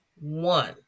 one